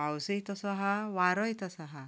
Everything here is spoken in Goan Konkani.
पावसय तसो आसा वारोय तसो आसा